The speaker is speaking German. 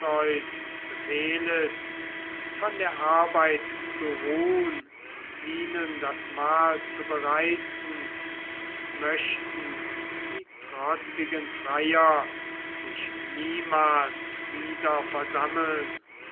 odysseus befehlest von der arbeit zu ruhn und ihnen das mahl zu bereiten möchten die trotzigen freier sich niemals wieder versammeln